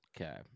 Okay